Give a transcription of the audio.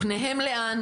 פניהן לאן,